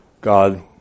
God